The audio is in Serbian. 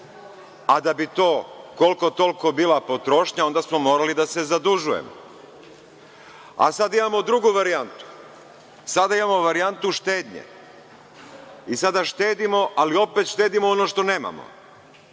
a da bi to koliko toliko bila potrošnja, onda smo morali da se zadužujemo. Sada imamo drugu varijantu, sada imamo varijantu štednje i sada štedimo, ali opet štedimo ono što nemamo.